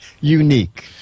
unique